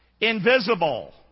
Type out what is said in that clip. invisible